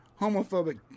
homophobic